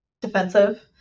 defensive